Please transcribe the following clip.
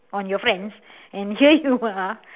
on your friends and here you are